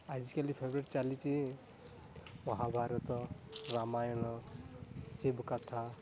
ଆଜିକାଲି ଫେଭରାଇଟ୍ ଚାଲିଛି ମହାବାରତ ରାମାୟଣ ଶିବ କଥା